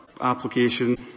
application